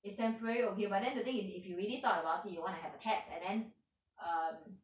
if temporary okay but then the thing is if you really thought about it you want to have a tat~ and then um